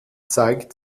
zeigt